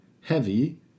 heavy